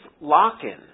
lock-in